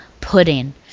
Pudding